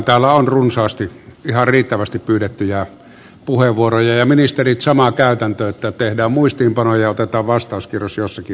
täällä on runsaasti ihan riittävästi pyydettyjä puheenvuoroja ja ministerit sama käytäntö että tehdään muistiinpanoja ja otetaan vastauskierros jossakin vaiheessa